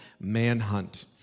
manhunt